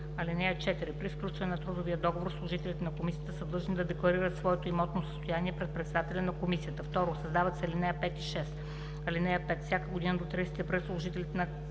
лице. (4) При сключването на трудовия договор служителите на комисията са длъжни да декларират своето имотно състояние пред председателя на комисията.“ 2. Създават се ал. 5 и 6: „(5) Всяка година до 30 април служителите на комисията